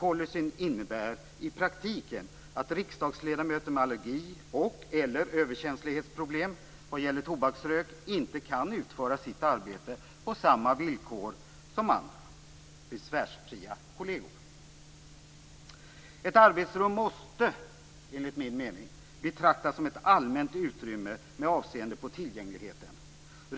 Policyn innebär i praktiken att riksdagsledamöter med allergi och/eller överkänslighetsproblem vad gäller tobaksrök inte kan utföra sitt arbete på samma villkor som andra besvärsfria kolleger. Ett arbetsrum måste enligt min mening betraktas som ett allmänt utrymme med avseende på tillgängligheten.